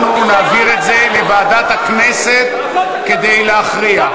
אנחנו נעביר את זה לוועדת הכנסת כדי להכריע.